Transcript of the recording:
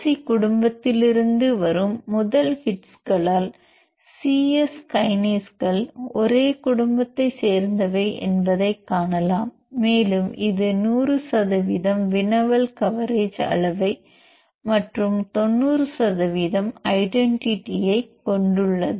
C குடும்பத்திலிருந்து வரும் முதல் ஹிட்ஸ்களால் சி எஸ் கைனேஸ்கள் ஒரே குடும்பத்தைச் சேர்ந்தவை என்பதைக் காணலாம் மேலும் இது 100 சதவீதம் வினவல் கவரேஜ் அளவைக் மற்றும் 90 சதவீதம் ஐடென்டிட்டி ஐ கொண்டுள்ளது